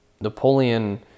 Napoleon